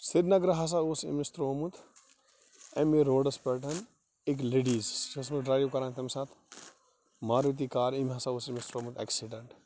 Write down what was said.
سِریٖنگرٕ ہسا اوس أمِس ترٛوومُت ایم اے روٗڈس پیٚٹھ أکۍ لیٚڈیٖز سۅ چھِ ٲسمٕژ ڈرٛایِو کران اَمہِ ساتہٕ مارؤتی کار أمۍ ہسا اوس أمِس ترٛوومُت ایٚکسی ڈنٛٹ